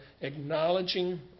acknowledging